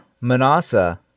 Manasseh